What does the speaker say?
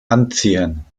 anziehen